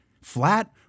Flat